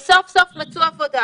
וסוף סוף מצאו עבודה